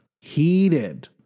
Heated